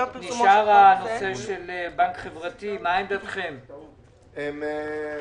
פרסומו של חוק זה ועד יום ז" בטבת התשפ"ג (31 בדצמבר 2022),